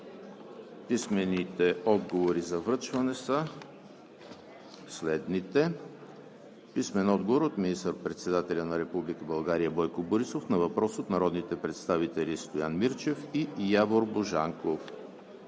Писмени отговори за връчване от: - министър-председателя на Република България Бойко Борисов на въпрос от народните представители Стоян Мирчев и Явор Божанков.